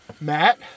Matt